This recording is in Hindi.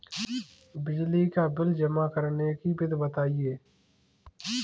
बिजली का बिल जमा करने की विधि बताइए?